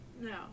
No